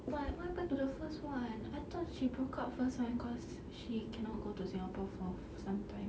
but what happened to the first one I thought she broke up first one cause she cannot go to singapore for some time